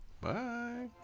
Bye